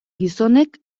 gizonek